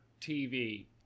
TV